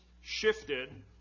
shifted